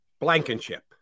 Blankenship